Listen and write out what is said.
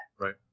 right